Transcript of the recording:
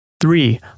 Three